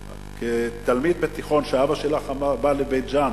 כתלמיד בתיכון כשאבא שלך בא לבית-ג'ן